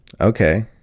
Okay